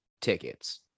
tickets